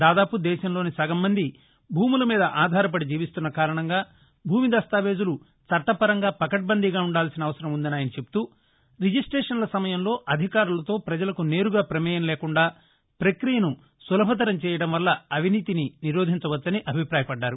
దాదాపు దేశంలోని సగం మంది భూముల మీద ఆధారపడి జీవిస్తున్న కారణంగా భూమి దస్తావేజులు చట్టపరంగా పకడ్బందీగా ఉండాల్సిన అవసరం ఉందని ఆయన చెప్తూ రిజిస్టేషన్ల సమయంలో అధికారులతో పజలకు నేరుగా ప్రమేయం లేకుండా ప్రక్రియను సులభతరం చేయడం వల్ల అవినీతిని నిరోధించవచ్చని అభిపాయపడ్డారు